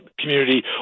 community